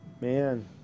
Man